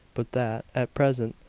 but that, at present,